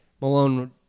Malone